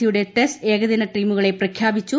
സിയുടെ ടെസ്റ്റ് ഏകദിന ടീമുകളെ പ്രഖ്യാപിച്ചു